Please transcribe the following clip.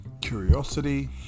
curiosity